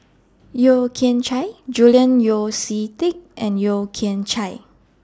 Yeo Kian Chye Julian Yeo See Teck and Yeo Kian Chai